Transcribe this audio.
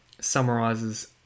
summarizes